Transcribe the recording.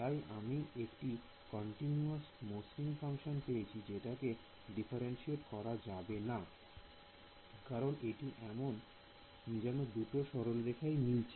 তাই আমি একটি কন্টিনিউয়াস মসৃণ ফাংশন পেয়েছি যেটাকে ডিফারেনশিয়েট করা যাবে না কারণ এটি এমন যেন দুটো সরলরেখা মিলছে